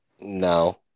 No